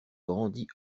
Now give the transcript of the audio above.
grandit